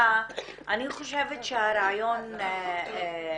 אני חושבת שהרעיון נמסר.